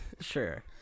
Sure